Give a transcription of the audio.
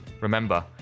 Remember